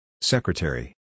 Secretary